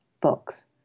books